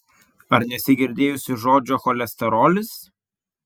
ar nesi girdėjusi žodžio cholesterolis